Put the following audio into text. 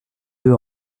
deux